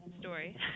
story